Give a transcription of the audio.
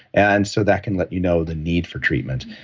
and so, that can let you know the need for treatment